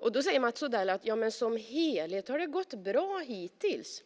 Mats Odell säger att det som helhet har gått bra hittills.